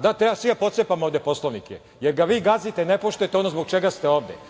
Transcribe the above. Da, treba svi da pocepamo ovde Poslovnik jer ga vi gazite, ne poštujete ono zbog čega ste ovde